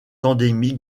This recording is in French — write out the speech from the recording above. endémique